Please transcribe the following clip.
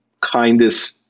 kindest